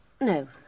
No